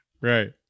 Right